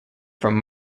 from